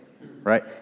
right